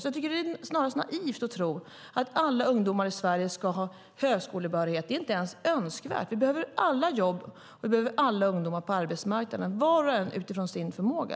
Jag tycker att det är snarast naivt att tro att alla ungdomar i Sverige ska ha högskolebehörighet. Det är inte ens önskvärt. Vi behöver alla jobb, och vi behöver alla ungdomar på arbetsmarknaden - var och en utifrån sin förmåga.